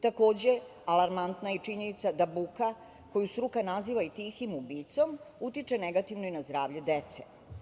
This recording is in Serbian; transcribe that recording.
Takođe, alarmantna je i činjenica da buka koju struka naziva i tihim ubicom utiče negativno i na zdravlje dece.